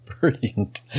Brilliant